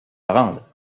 rende